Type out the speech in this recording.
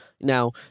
now